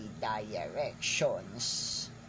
directions